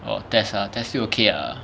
orh test ah test still okay ah